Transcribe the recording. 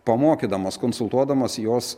pamokydamos konsultuodamos jos